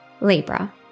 Libra